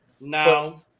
No